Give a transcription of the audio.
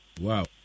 Wow